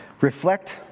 Reflect